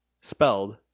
Spelled